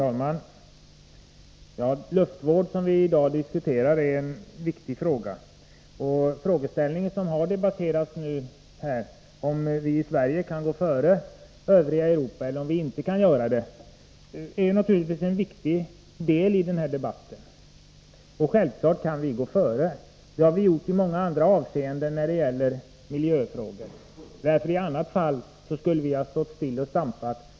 Herr talman! Luftvård, som vi i dag diskuterar, är en viktig fråga. Den frågeställning som har debatterats här — om vi i Sverige kan gå före övriga Eutopa — är naturligtvis en väsentlig del i denna debatt. Självfallet kan vi gå före. Det har vi gjort i många andra avseenden när det gäller miljöfrågor. I annat fall skulle vi på de flesta områden ha stått stilla och stampat.